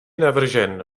navržen